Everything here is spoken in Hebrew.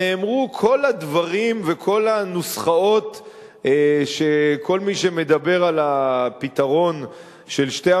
נאמרו כל הדברים וכל הנוסחאות שכל מי שמדבר על הפתרון של שתי המדינות,